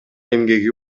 эмгеги